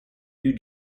new